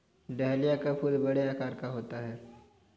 dahlia का फूल बड़े आकार का होता है